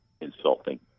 insulting